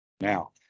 Now